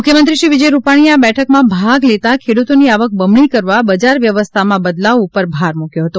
મુખ્યમંત્રી શ્રી વિજય રૂપાણીએ આ બેઠકમાં ભાગ લેતાં ખેડૂતોની આવક બમણી કરવા બજાર વ્યવસ્થામાં બદલાવ ઉપર ભાર મૂક્યો હતો